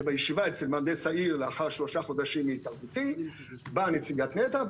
ובישיבה אצל מהנדס העיר לאחר שלושה חודשים מהתערבותי באה נציגת נת"ע,